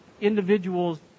individuals